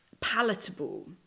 palatable